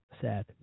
sad